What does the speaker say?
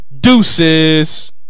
deuces